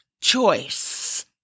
choice